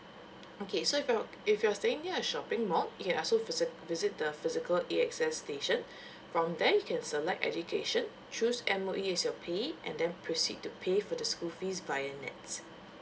okay so if you're if you're staying near a shopping mall you can also visi~ visit the physical A_X_S station from there you can select education choose M_O_E as your payee and then proceed to pay for the school fees via nets